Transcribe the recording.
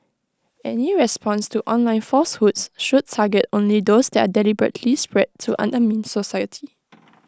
any response to online falsehoods should target only those that are deliberately spread to undermine society